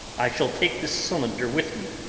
i shall take this cylinder with me,